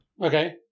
Okay